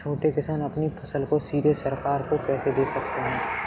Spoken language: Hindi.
छोटे किसान अपनी फसल को सीधे सरकार को कैसे दे सकते हैं?